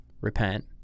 Repent